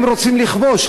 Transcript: הם רוצים לכבוש,